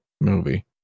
movie